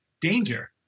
danger